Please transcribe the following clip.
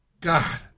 God